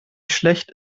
schlecht